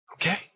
Okay